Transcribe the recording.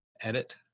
edit